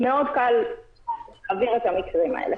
מאוד קל להעביר את המקרים האלה.